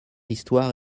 histoire